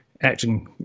acting